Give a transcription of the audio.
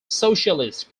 socialist